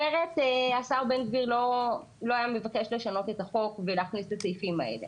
אחרת השר בן גביר לא היה מבקש לשנות את החוק ולהכניס את הסעיפים האלה.